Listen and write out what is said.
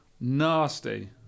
Nasty